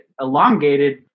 elongated